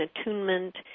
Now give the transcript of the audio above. attunement